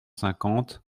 cinquante